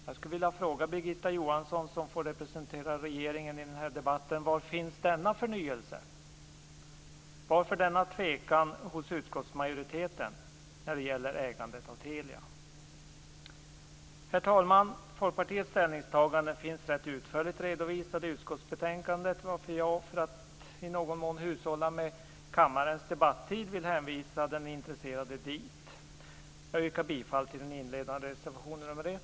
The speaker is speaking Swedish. Jag skulle vilja fråga Birgitta Johansson, som får representera regeringen i den här debatten: Var finns denna förnyelse. Varför denna tvekan hos utskottsmajoriteten när det gäller ägandet av Telia? Herr talman! Folkpartiets ställningstaganden finns rätt utförligt redovisade i utskottsbetänkandet, varför jag, för att i någon mån hushålla med kammarens debattid, vill hänvisa den intresserade dit. Jag yrkar bifall till den inledande reservationen nr 1.